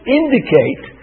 indicate